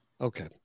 Okay